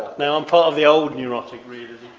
no, i'm part of the old neurotic realism